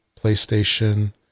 PlayStation